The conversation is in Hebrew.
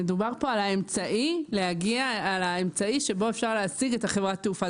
מדובר כאן על האמצעי בו אפשר להשיג את חברת התעופה.